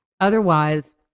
otherwise